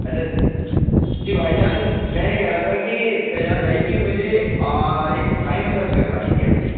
hello جی بھائی جان میں یہ کہہ رہا تھا کہ شہزاد بھی کہ مجھے ایک تھائی مساج کروانی تھی اپنی